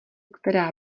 která